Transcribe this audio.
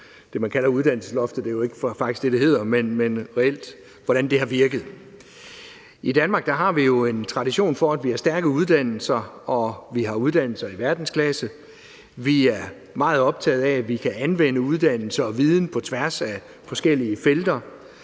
som man kalder uddannelsesloftet, og det er jo faktisk ikke det, det hedder – og hvordan det reelt har virket. I Danmark har vi jo en tradition for, at vi har stærke uddannelser, og at vi har uddannelser i verdensklasse. Vi er meget optaget af, at vi kan anvende uddannelse og viden på tværs af forskellige felter,